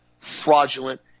fraudulent